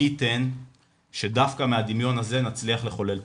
מי ייתן שדווקא מהדמיון הזה נצליח לחולל תיקון.